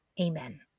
amen